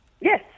Yes